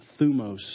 thumos